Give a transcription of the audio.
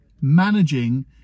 managing